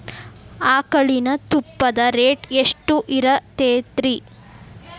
ಆಕಳಿನ ತುಪ್ಪದ ರೇಟ್ ಎಷ್ಟು ಇರತೇತಿ ರಿ?